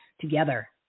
together